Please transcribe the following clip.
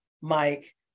Mike